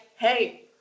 hey